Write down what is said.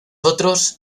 otros